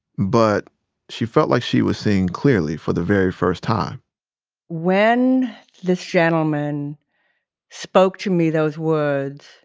but she felt like she was seeing clearly for the very first time when this gentleman spoke to me those words,